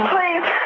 Please